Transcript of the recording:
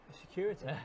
Security